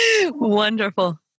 Wonderful